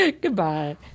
Goodbye